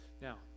Now